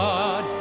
God